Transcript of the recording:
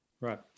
Right